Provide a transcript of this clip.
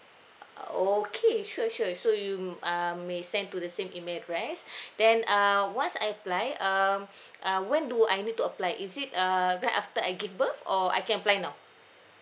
uh okay sure sure so you m~ may send to the same email address then err once I apply um uh when do I need to apply is it err right after I give birth or I can apply now